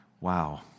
wow